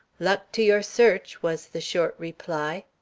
luck to your search! was the short reply.